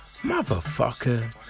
motherfucker